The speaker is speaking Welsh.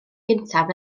gyntaf